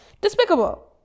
despicable